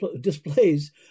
displays